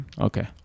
Okay